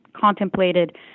contemplated